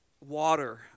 water